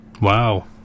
Wow